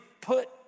put